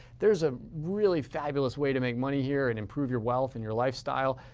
there's a really fabulous way to make money here and improve your wealth and your lifestyle.